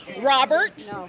Robert